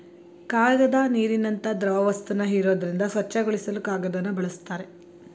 ಕಾಗದ ನೀರಿನಂತ ದ್ರವವಸ್ತುನ ಹೀರೋದ್ರಿಂದ ಸ್ವಚ್ಛಗೊಳಿಸಲು ಕಾಗದನ ಬಳುಸ್ತಾರೆ